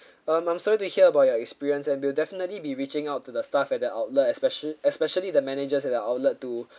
uh I'm sorry to hear about your experience and we'll definitely be reaching out to the staff at that outlet especially especially the managers at that outlet to